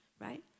right